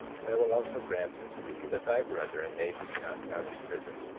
and i will also grant unto thee that thy brethren may be cast out of prison,